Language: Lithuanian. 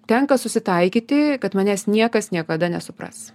tenka susitaikyti kad manęs niekas niekada nesupras